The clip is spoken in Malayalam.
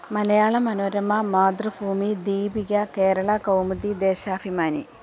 മലയാളമനോരമ മാതൃഭൂമി ദീപിക കേരളാ കൗമുദി ദേശാഭിമാനി